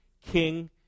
king